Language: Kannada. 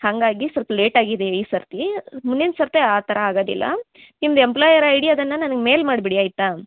ಹಾಗಾಗಿ ಸೊಲ್ಪ ಲೇಟ್ ಆಗಿದೆ ಈ ಸರ್ತಿ ಮುಂದಿನ ಸರ್ತಿ ಆ ಥರ ಆಗೋದಿಲ್ಲ ನಿಮ್ದು ಎಂಪ್ಲಾಯರ್ ಐಡಿ ಅದನ್ನ ನನಗೆ ಮೇಲ್ ಮಾಡ್ಬಿಡಿ ಆಯಿತಾ